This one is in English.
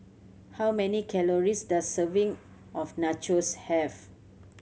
how many calories does serving of Nachos have